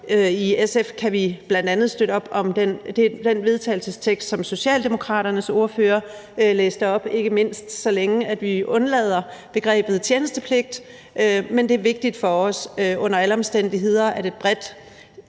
I SF kan vi bl.a. støtte op om den vedtagelsestekst, som Socialdemokraternes ordfører læste op, ikke mindst så længe vi undlader begrebet tjenestepligt, men det er vigtigt for os under alle omstændigheder, at der er